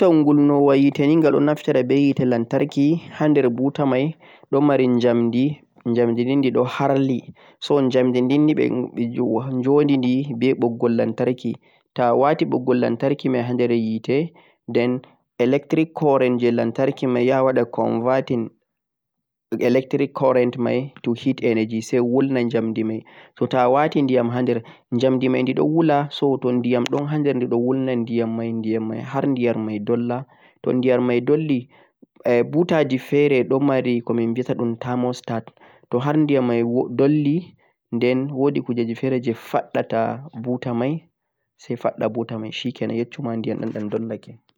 butan gulnowani hite ghadon naftare be hite lantarki hander buta mei don mari jamdi jamdi don habda doo harli so e jamdi ninnibe benjowoo dim joodi-di boggol lantarki toh waati boggol lantarki mei hander hite den electric current-jee lantarki mei yaa woodi comverting electric current mei to hit energy sai wulnam jamdi mei toh taa a waati diyam hander jamdi mei don wuula so tom diyam don hander e'don wulnam diyam mei diyam mei haar diyam don wuula toh diyam mei dolli buta jee fere don mari ko min vita dhum taa mostaa toh haar diyam mei dolli den woodi kujeji fereje faddata buta mei sai fadda buta mei shikenan yacca ma diyam dhum don dunnake